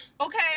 okay